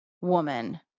woman